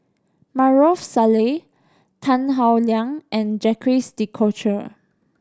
Maarof Salleh Tan Howe Liang and Jacques De Coutre